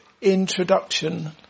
introduction